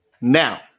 Now